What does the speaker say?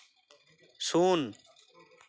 ᱥᱩᱱ